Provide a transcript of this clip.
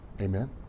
Amen